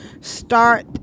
start